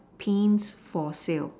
Pins for sale